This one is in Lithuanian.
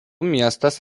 miestas